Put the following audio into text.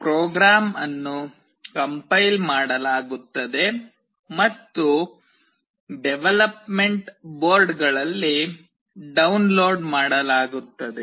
program ಅನ್ನು compile ಮಾಡಲಾಗುತ್ತದೆ ಮತ್ತು ಡೆವಲಪ್ಮೆಂಟ್ ಬೋರ್ಡ್ಗಳಲ್ಲಿ ಡೌನ್ಲೋಡ್ ಮಾಡಲಾಗುತ್ತದೆ